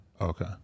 Okay